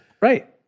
right